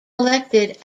elected